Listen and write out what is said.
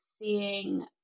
seeing